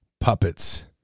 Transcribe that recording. puppets